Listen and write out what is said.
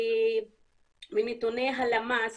ומנתוני הלמ"ס